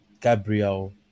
Gabriel